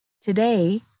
Today